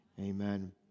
Amen